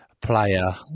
player